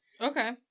Okay